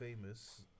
famous